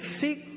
seek